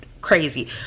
crazy